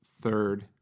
third